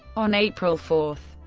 on april four,